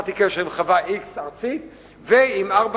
קשרתי קשר עם חברה x ארצית ועם ארבע